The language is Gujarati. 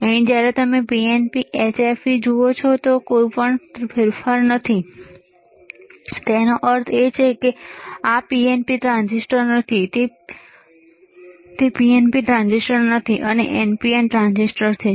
અહીં જ્યારે તમે PNP HFE જુઓ છો ત્યાં કોઈ ફેરફાર નથીતેનો અર્થ એ કે આ PNP ટ્રાન્ઝિસ્ટર નથી તે PNP ટ્રાન્ઝિસ્ટર નથી અને તે NPN ટ્રાન્ઝિસ્ટર છે